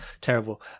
Terrible